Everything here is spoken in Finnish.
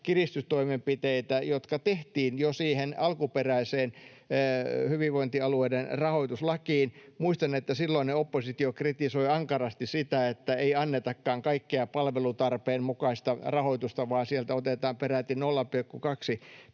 kiristystoimenpiteitä, jotka tehtiin jo siihen alkuperäiseen hyvinvointialueiden rahoituslakiin. Muistan, että silloinen oppositio kritisoi ankarasti sitä, että ei annetakaan kaikkea palvelutarpeen mukaista rahoitusta, vaan sieltä otetaan peräti 0,2